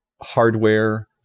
hardware